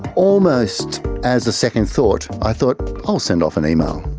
ah almost as a second thought i thought i'll send off an email,